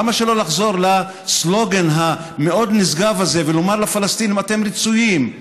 למה לא לחזור לסלוגן המאוד-נשגב הזה ולומר לפלסטינים: אתם רצויים,